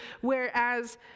Whereas